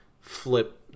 flip